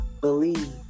Believe